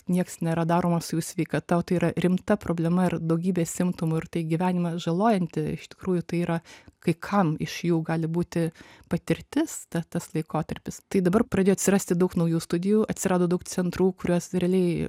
nieks nėra daroma su jų sveikata rimta problema ir daugybė simptomų ir tai gyvenimą žalojanti iš tikrųjų tai yra kai kam iš jų gali būti patirtis ta tas laikotarpis tai dabar pradėjo atsirasti daug naujų studijų atsirado daug centrų kuriuos realiai